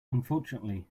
unfortunately